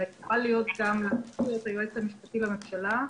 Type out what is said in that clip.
אלא יוכל להיות --- היועץ המשפטי לממשלה,